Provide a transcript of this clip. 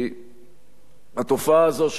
התופעה הזאת,